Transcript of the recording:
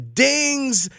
dings